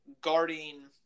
guarding